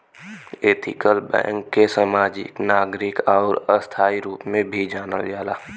ethical bank के समाजिक, नागरिक आउर स्थायी रूप में भी जानल जाला